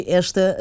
esta